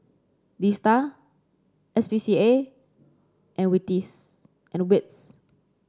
DSTA S P C A and and WITS